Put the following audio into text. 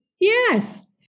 Yes